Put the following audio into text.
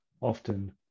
often